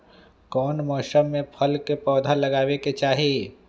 कौन मौसम में फल के पौधा लगाबे के चाहि?